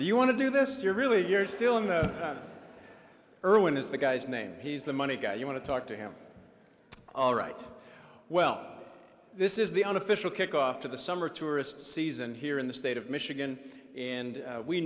do you want to do this you're really years still in the irwin is the guy's name he's the money guy you want to talk to him all right well this is the unofficial kickoff to the summer tourist season here in the state of michigan and we